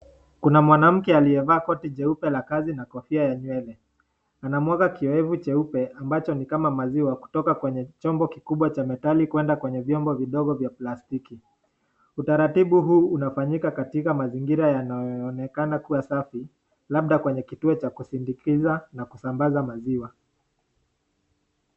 Kuna mwanamke aliyevaa koti jeupe la kazi na kofia ya nywele, anamwaga kiyowevu cheupe ambacho ni kama maziwa kutoka kwenye chombo kikubwa cha metali kuenda kwenye vyombo vidogo vya plastiki. Utaratibu huu unafanyika katika mazingira yanayoonekana kuwa safi, labda kwenye kituo cha kusindikiza na kusambaza maziwa.